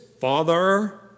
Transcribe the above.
father